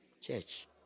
Church